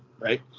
right